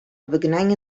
wygnanie